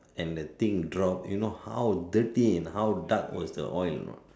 and the thing drop you know how dirty and how dark was the oil or not